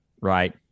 right